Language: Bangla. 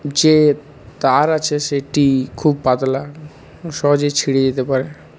যে তার আছে সেটি খুব পাতলা সহজেই ছিঁড়ে যেতে পারে